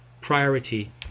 priority